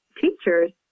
teachers